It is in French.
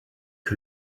que